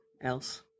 else